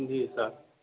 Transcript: जी sir